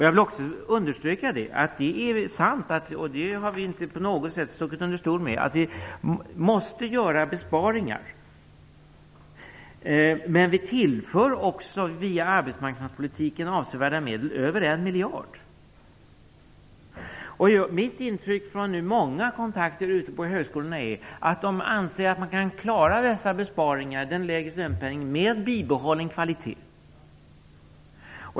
Jag vill också understryka att det är sant, och det har vi inte på något sätt stuckit under stol med, att vi måste göra besparingar. Men vi tillför också via arbetsmarknadspolitiken avsevärda medel, över 1 miljard. Mitt intryck från många kontakter ute på högskolorna är att man anser att man kan klara dessa besparingar, den lägre studentpenningen, med bibehållen kvalitet.